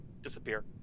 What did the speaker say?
disappear